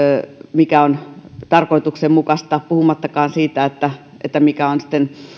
mikä on tarkoituksenmukaista puhumattakaan siitä mikä on sitten